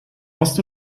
ost